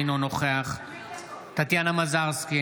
אינו נוכח טטיאנה מזרסקי,